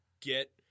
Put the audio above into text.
get